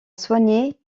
soigner